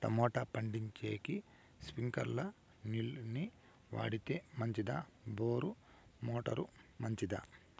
Tomato పండించేకి స్ప్రింక్లర్లు నీళ్ళ ని వాడితే మంచిదా బోరు మోటారు మంచిదా?